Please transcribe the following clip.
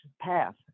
path